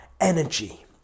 Energy